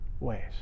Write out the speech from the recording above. ways